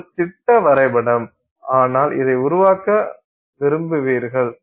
இது ஒரு திட்ட வரைபடம் ஆனால் இதை உருவாக்க விரும்புவீர்கள்